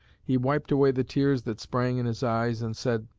he wiped away the tears that sprang in his eyes, and said,